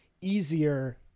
easier